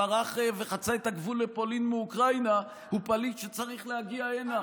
ברח וחצה את הגבול לפולין מאוקראינה הוא פליט שצריך להגיע הנה.